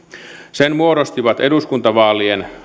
sen muodostivat eduskuntavaalien